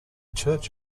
church